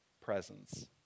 presence